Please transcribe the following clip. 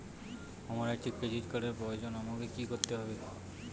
আমার একটি ক্রেডিট কার্ডের প্রয়োজন আমাকে কি করতে হবে?